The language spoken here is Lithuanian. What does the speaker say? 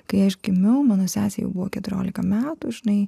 kai aš gimiau mano sesei jau buvo keturiolika metų žinai